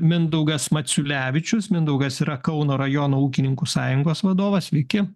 mindaugas maciulevičius mindaugas yra kauno rajono ūkininkų sąjungos vadovas sveiki